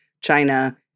China